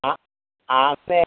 ହଁ ଆସ୍ତେ ଆସ୍ତେ